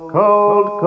cold